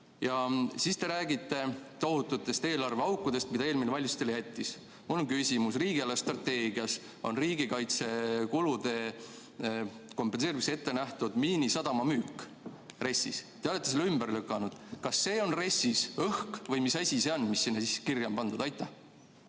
Ja siis te räägite tohututest eelarveaukudest, mida eelmine valitsus teile jättis. Mul on küsimus. Riigi eelarvestrateegias on riigikaitsekulude kompenseerimiseks ette nähtud Miinisadama müük. Te olete selle ümber lükanud. Kas see on RES‑is õhk või mis asi see on, mis sinna siis kirja on pandud?